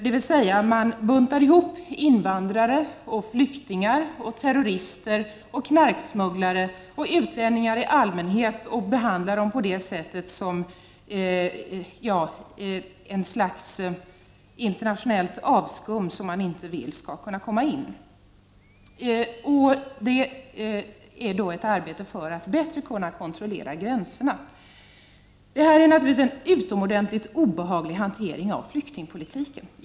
Man buntar alltså ihop invandrare, flyktingar, terrorister, knarksmugglare och utlänningar i allmänhet och behandlar dem därmed som ett slags internationellt avskum som man inte vill skall kunna komma in i länderna. Det är ett arbete för att bättre kunna kontrollera gränserna. Detta är naturligtvis en utomordentligt obehaglig hantering av flyktingpolitiken.